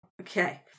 Okay